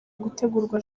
gutegurwa